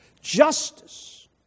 Justice